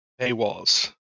paywalls